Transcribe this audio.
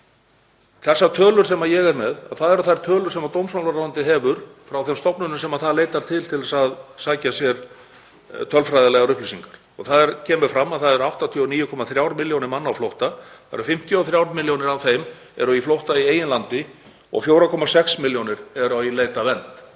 Þær tölur sem ég er með eru þær tölur sem dómsmálaráðuneytið hefur frá þeim stofnunum sem það leitar til til að sækja sér tölfræðilegar upplýsingar. Þar kemur fram að það eru 89,3 milljónir manna á flótta. 53 milljónir af þeim eru á flótta í eigin landi og 4,6 milljónir eru í leit að vernd.